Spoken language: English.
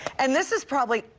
and this is probably,